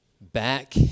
back